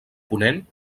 ponent